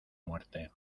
muerte